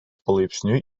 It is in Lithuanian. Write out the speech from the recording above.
palaipsniui